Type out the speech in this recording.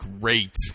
great